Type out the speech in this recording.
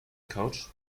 couch